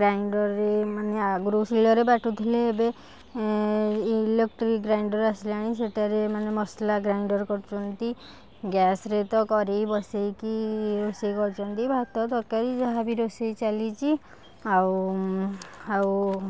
ଗ୍ରାଇଣ୍ଡରରେ ମାନେ ଆଗରୁ ଶିଳରେ ବାଟୁଥିଲେ ଏବେ ଇଲେକ୍ଟ୍ରିକ ଗ୍ରାଇଣ୍ଡର ଆସିଲାଣି ସେଇଟାରେ ମାନେ ମସଲା ଗ୍ରାଇଣ୍ଡର କରୁଛନ୍ତି ଗ୍ୟାସରେ ତ କରେଇ ବସେଇକି ରୋଷେଇ କରୁଛନ୍ତି ଭାତ ତରକାରୀ ଯାହା ବି ରୋଷେଇ ଚାଲିଛି ଆଉ ଆଉ